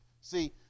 See